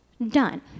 done